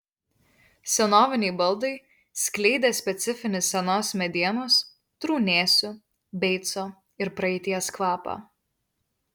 senoviniai baldai skleidė specifinį senos medienos trūnėsių beico ir praeities kvapą